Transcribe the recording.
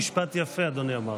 משפט יפה אמר אדוני.